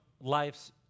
life's